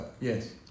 Yes